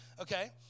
Okay